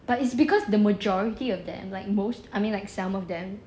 but it's because the majority of them like most I mean like some of them